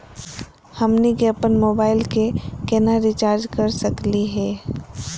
हमनी के अपन मोबाइल के केना रिचार्ज कर सकली हे?